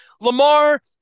Lamar